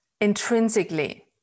intrinsically